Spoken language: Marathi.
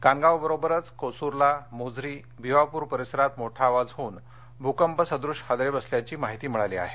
कानगाव बरोबरच कोसुरला मोझरी भिवापुर परिसरात मोठा आवाज होऊन भूकंपसद्रश हादरे बसल्याधी माहिती मिळाली आहे